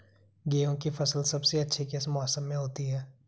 गेंहू की फसल सबसे अच्छी किस मौसम में होती है?